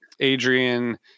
Adrian